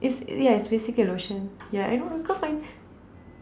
it's ya it's basically a lotion ya I know cause I